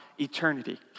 eternity